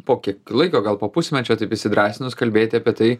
po kiek laiko gal po pusmečio taip įsidrąsinus kalbėti apie tai